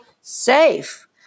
safe